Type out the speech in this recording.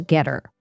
Getter